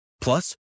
Plus